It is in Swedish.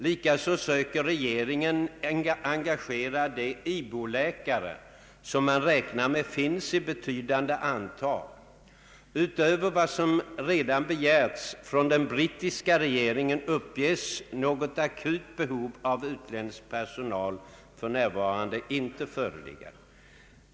Likaså söker regeringen engagera de ibo-läkare, som man räknar med finns i betydande antal. Utöver vad som redan begärts från den brittiska regeringen uppges något akut behov av utländsk personal för närvarande inte föreligga.